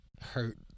hurt